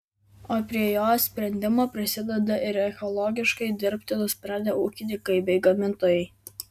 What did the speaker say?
o prie jos sprendimo prisideda ir ekologiškai dirbti nusprendę ūkininkai bei gamintojai